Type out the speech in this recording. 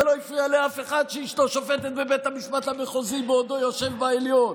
זה לא הפריע לאף אחד שאשתו שופטת בבית המשפט המחוזי בעודו יושב בעליון,